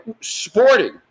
sporting